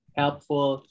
helpful